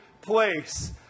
place